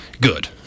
Good